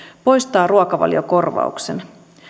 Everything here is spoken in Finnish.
poistaa ruokavaliokorvauksen